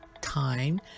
time